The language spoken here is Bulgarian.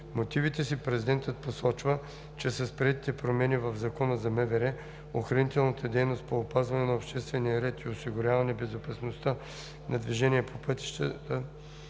мотивите си президентът посочва, че с приетите промени Законът за МВР – охранителната дейност по опазване на обществения ред и осигуряване безопасността на движение по пътищата,